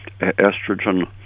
estrogen